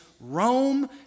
Rome